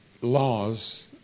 laws